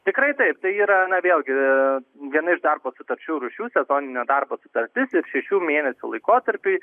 tikrai taip tai yra na vėlgi viena iš darbo sutarčių rūšių sezoninio darbo sutartis ir šešių mėnesių laikotarpiui